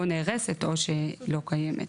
או נהרסת או שלא קיימת